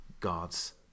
God's